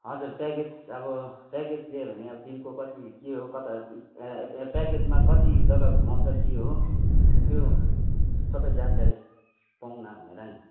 हजुर प्याकेज अब प्याकेज लियो भने अब दिनको कति के हो कता प्याकेजमा कति जग्गा घुमाउँछ कि हो त्यो सबै जानकारी पाउँ न भनेर नि